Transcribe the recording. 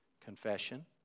confession